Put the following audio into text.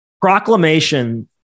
proclamation